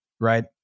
right